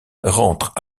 rentre